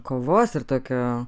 kovos ir tokio